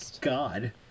God